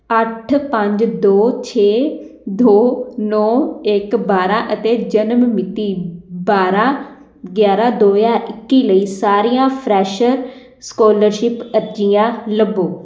ਅੱਠ ਪੰਜ ਦੋ ਛੇ ਦੋ ਨੌਂ ਇਕ ਬਾਰਾਂ ਅਤੇ ਜਨਮ ਮਿਤੀ ਬਾਰਾਂ ਗਿਆਰਾਂ ਦੋ ਹਜ਼ਾਰ ਇੱਕੀ ਲਈ ਸਾਰੀਆਂ ਫਰੈਸ਼ਰ ਸਕੋਲਰਸ਼ਿਪ ਅਰਜ਼ੀਆਂ ਲੱਭੋ